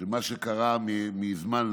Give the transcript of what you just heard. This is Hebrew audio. של מה שקרה מזמן לזמן.